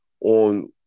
on